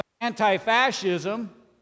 anti-fascism